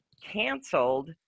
canceled